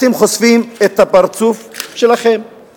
אתם חושפים את הפרצוף שלכם,